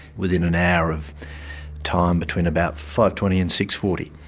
within an hour of time between about five. twenty and six. forty.